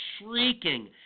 shrieking